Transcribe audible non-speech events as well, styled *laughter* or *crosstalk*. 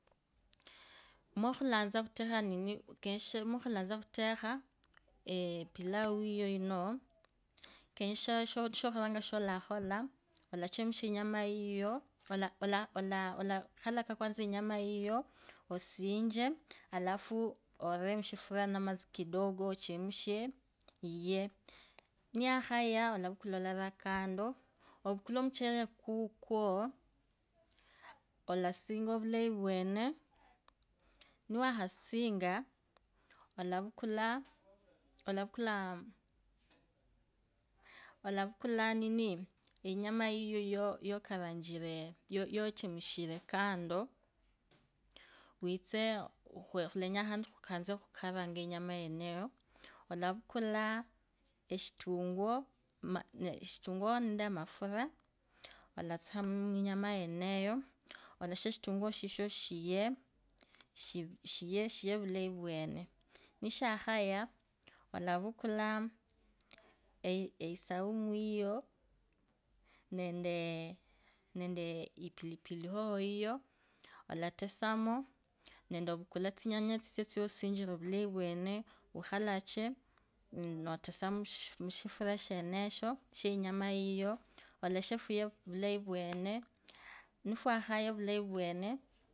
Mwokhulatsa khutekha nini, kenyekha mwakhulasa khutheka, *hesitation* pilau yiyo inu, kenyekha, shukhuranga sholakhola, olachemusha inyima yoyo ino. Ola- olakhalaka yiyo, osiche alafu ore mushifuria namatsa kidogo ochemushe iye. Neyakhaya olavukula ore kando. Olavukhele omuchele kuko olasinga ovulayi vyene. Nawakhasinga ohvukhula olavukula ninii, olavukula inyima yiyo oyire kando, witse, khulenyanga khandi khurasanga inyamayineyo. olavukula eshitunguo, nende amafura, alatsukha muyinyama ineyo. Eleshe shitunguu shishe shiye shi- shiye vulayi vywene. Neshakhaya ulavukula eeyisa umu nende- nendee epilipili hoho yiyo olatasamo. Nende ovukule tsinyanya tsitsu tsasinjire ovula alatasomo, ukhalache notasa mushi- shifura shenesho. Sheinyima yiyo, olasheshiye ovulayi vywene, nifwakhaya vulai vwene *hesitation*